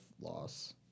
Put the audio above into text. loss